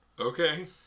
okay